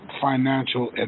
financial